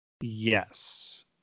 Yes